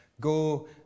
go